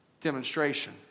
demonstration